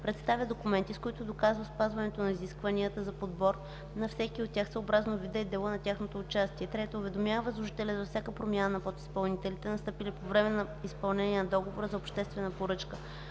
представя документи, с които доказва спазването на изискванията за подбор на всеки от тях съобразно вида и дела на тяхното участие; 3. уведомява възложителя за всяка промяна на подизпълнителите, настъпила по време на изпълнение на договора за обществена поръчка.